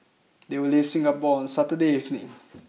they will leave Singapore on Saturday evening